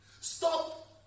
Stop